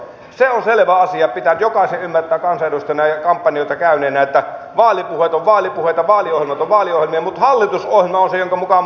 se on selvä asia pitää nyt jokaisen ymmärtää kansanedustajana ja kampanjoita käyneenä että vaalipuheet ovat vaalipuheita vaaliohjelmat ovat vaaliohjelmia mutta hallitusohjelma on se jonka mukaan mennään